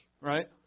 right